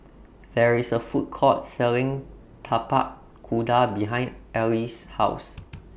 There IS A Food Court Selling Tapak Kuda behind Alys' House